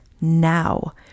Now